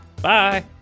Bye